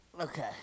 Okay